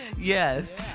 Yes